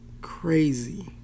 crazy